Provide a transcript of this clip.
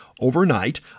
Overnight